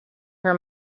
her